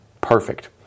perfect